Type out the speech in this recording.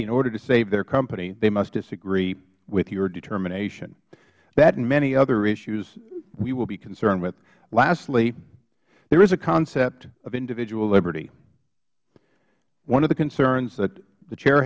in order to save their company they must disagree with your determination that and many other issues we will be concerned with lastly there is a concept of individual liberty one of the concerns that the chair